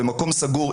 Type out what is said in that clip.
במקום סגור,